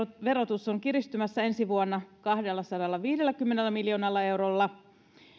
verotus on kiristymässä ensi vuonna kahdellasadallaviidelläkymmenellä miljoonalla eurolla